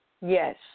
Yes